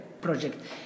Project